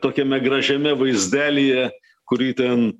tokiame gražiame vaizdelyje kurį ten